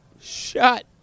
Shut